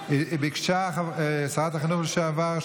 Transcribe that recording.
שרת החינוך לשעבר,